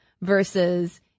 versus